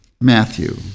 Matthew